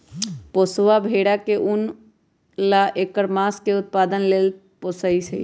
पोशौआ भेड़ा के उन आ ऐकर मास के उत्पादन लेल पोशइ छइ